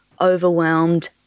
overwhelmed